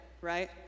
right